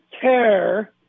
care